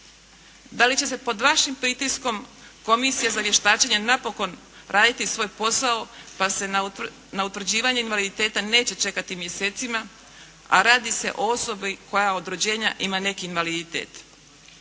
Da li će se pod vašim pritiskom komisija za vještaćenja napokon raditi svoj posao pa se na utvrđivanje invaliditeta neće čekati mjesecima a radi se o osobi koja od rođenja ima neki invaliditet.